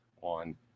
on